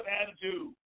attitude